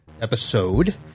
episode